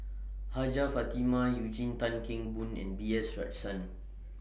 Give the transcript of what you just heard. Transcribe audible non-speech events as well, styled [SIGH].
Hajjah Fatimah Eugene Tan Kheng Boon and B S [UNINTELLIGIBLE]